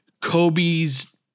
Kobe's